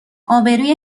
آبروی